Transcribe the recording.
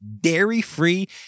dairy-free